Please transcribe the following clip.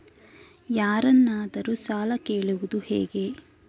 ಯಾರನ್ನಾದರೂ ಸಾಲ ಕೇಳುವುದು ಹೇಗೆ?